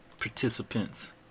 participants